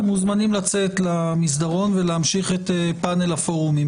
אתם מזומנים לצאת למסדרון ולהמשיך את פאנל הפורומים.